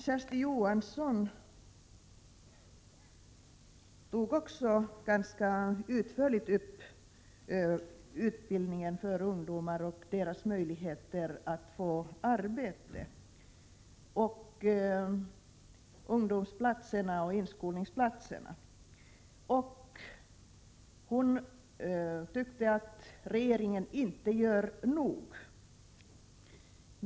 Kersti Johansson berörde också ganska utförligt utbildningen för ungdomar och deras möjligheter att få arbete samt ungdomsoch inskolningsplatserna. Hon tyckte att regeringen inte gör nog.